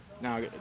now